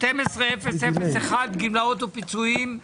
פנייה 12001 12001. גמלאות ופיצויים.